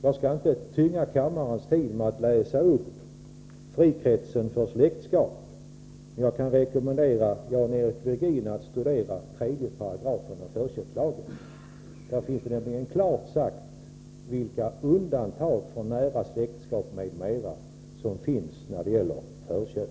Jag skall inte tynga kammaren med att läsa upp vad som står i lagen om frikretsen för släktskap, men jag kan rekommendera Jan-Eric Virgin att studera 3 § i förköpslagen. Där anges nämligen klart vilka undantag för nära släktskap m.m. som gäller vid förköp.